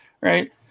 right